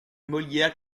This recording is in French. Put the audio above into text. molière